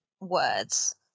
words